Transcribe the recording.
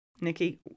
Nikki